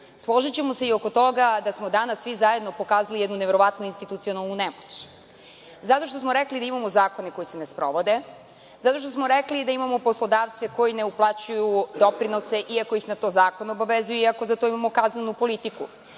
se i oko toga da smo danas svi zajedno pokazali jednu neverovatnu institucionalnu nemoć. Rekli smo da imamo zakone koji se ne sprovode, rekli smo da imamo poslodavce koji ne uplaćuju doprinose, iako ih zakon na to obavezuju, iako za to imamo kaznenu politiku,